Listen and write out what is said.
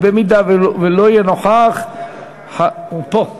במידה שלא יהיה נוכח, קריאה: הוא פה.